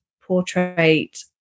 portrait